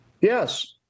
Yes